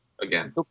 again